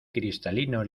cristalino